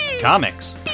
comics